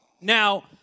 Now